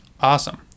Awesome